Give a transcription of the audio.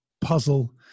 puzzle